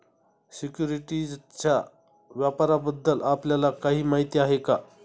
सिक्युरिटीजच्या व्यापाराबद्दल आपल्याला काही माहिती आहे का?